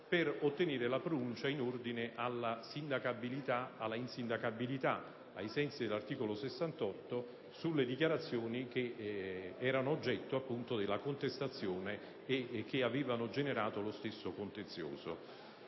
per ottenere la pronuncia in ordine alla eventuale insindacabilità, ai sensi dell'articolo 68, sulle dichiarazioni che erano oggetto della contestazione e che avevano generato lo stesso contenzioso.